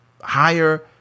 higher